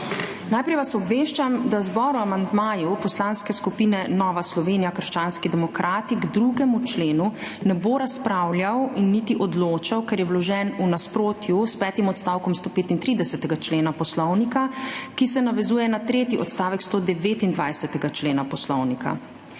Najprej vas obveščam, da Državni zbor o amandmaju Poslanske skupine Nova Slovenija – krščanski demokrati k 2. členu ne bo razpravljal niti odločal, ker je vložen v nasprotju s petim odstavkom 135. člena Poslovnika, ki se navezuje na tretji odstavek 129. člena Poslovnika.